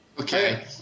Okay